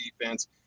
defense